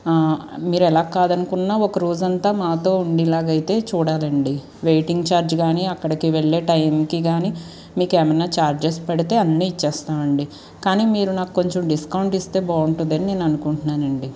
మీరు ఎలా కాదనుకున్న ఒక రోజంతా మాతో ఉండేలాగైతే చూడాలండీ వెయిటింగ్ ఛార్జ్ కానీ అక్కడికి వెళ్ళే టైంకి కానీ మీకేమైనా ఛార్జెస్ చేసి పడితే అన్నీ ఇచ్చేస్తామండీ కానీ మీరు నాకు కొంచెం డిస్కౌంట్ ఇస్తే బాగుంటది అని నేను అనుకుంటున్నానండీ